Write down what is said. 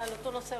על אותו נושא,